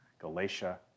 Galatia